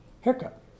haircut